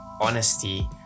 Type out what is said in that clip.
honesty